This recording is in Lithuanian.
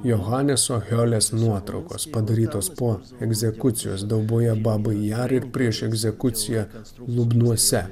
johaneso hiolės nuotraukos padarytos po egzekucijos dauboje babi jar ir prieš egzekuciją lubnuose